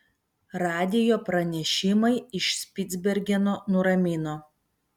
radijo pranešimai iš špicbergeno nuramino